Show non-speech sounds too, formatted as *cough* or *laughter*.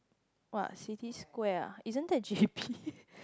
!wah! City Square ah isn't that j_b *noise*